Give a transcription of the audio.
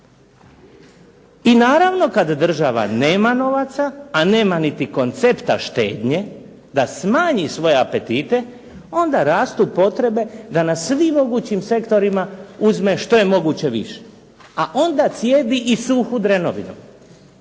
I naravno kad država nema novaca, a nema niti koncepta štednje da smanji svoje apetite, onda rastu potrebe da na svim mogućim sektorima uzme što je moguće više, a onda cijedi i suhu drenovinu,